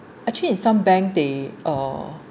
actually in some bank they uh